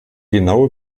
genaue